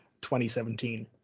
2017